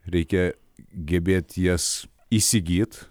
reikia gebėt jas įsigyt